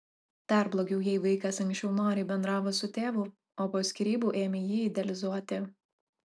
dar blogiau jei vaikas anksčiau noriai bendravo su tėvu o po skyrybų ėmė jį idealizuoti